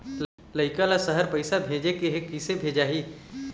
लइका ला शहर पैसा भेजें के हे, किसे भेजाही